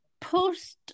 Post